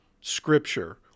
Scripture